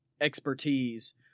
expertise